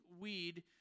weed